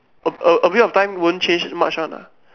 a a a bit of time won't change much one ah